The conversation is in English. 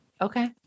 Okay